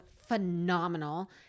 phenomenal